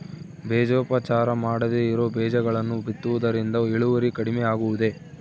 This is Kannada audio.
ಬೇಜೋಪಚಾರ ಮಾಡದೇ ಇರೋ ಬೇಜಗಳನ್ನು ಬಿತ್ತುವುದರಿಂದ ಇಳುವರಿ ಕಡಿಮೆ ಆಗುವುದೇ?